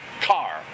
car